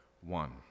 One